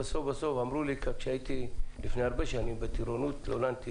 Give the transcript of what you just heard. לפני שנים רבות הייתי בטירונות והתלוננתי